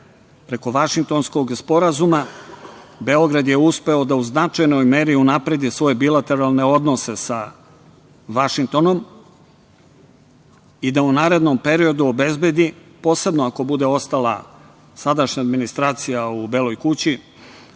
Vašingtonskog sporazuma Beograd je uspeo da u značajnoj meri unapredi svoje bilateralne odnose sa Vašingtonom i da u narednom periodu obezbedi, posebno ako bude ostala sadašnja administracija u Beloj kući,